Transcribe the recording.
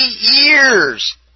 years